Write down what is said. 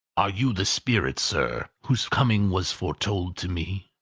are you the spirit, sir, whose coming was foretold to me?